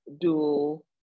dual